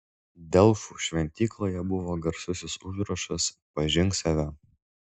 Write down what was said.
delfų šventykloje buvo garsusis užrašas pažink save